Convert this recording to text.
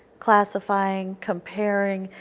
classifying, comparing,